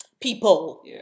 people